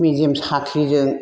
मेजेम साख्रिजों